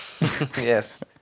Yes